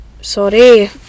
sorry